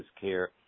care